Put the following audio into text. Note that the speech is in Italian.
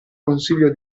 consiglio